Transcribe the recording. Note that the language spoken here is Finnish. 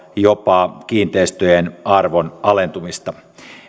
jopa kiinteistöjen arvon alentumista